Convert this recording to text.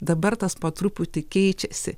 dabar tas po truputį keičiasi